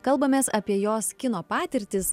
kalbamės apie jos kino patirtis